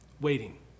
waiting